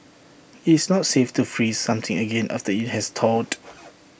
it's not safe to freeze something again after IT has thawed